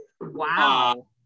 Wow